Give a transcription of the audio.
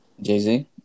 Jay-Z